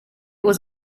was